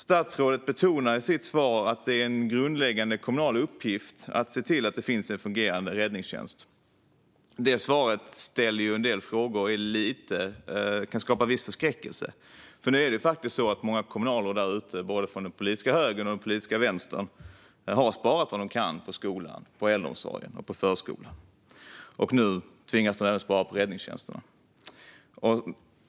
Statsrådet betonar i sitt svar att det är en grundläggande kommunal uppgift att se till att det finns en fungerande räddningstjänst. Det svaret kan skapa viss förskräckelse. För nu har många kommunalråd, både från den politiska högern och från den politiska vänstern, faktiskt sparat vad de kan på skolan, på äldreomsorgen och på förskolan. Nu tvingas de även spara på räddningstjänsterna.